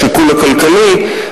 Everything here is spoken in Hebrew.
השיקול הכלכלי,